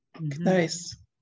Nice